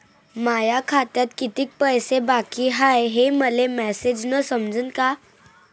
माया खात्यात कितीक पैसे बाकी हाय हे मले मॅसेजन समजनं का?